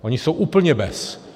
Oni jsou úplně bez.